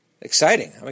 Exciting